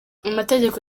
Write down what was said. amategeko